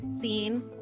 scene